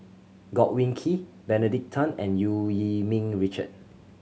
Godwin Koay Benedict Tan and Eu Yee Ming Richard